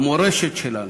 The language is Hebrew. המורשת שלו,